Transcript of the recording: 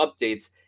updates